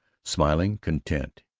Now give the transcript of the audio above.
smiling, content.